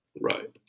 Right